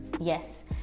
Yes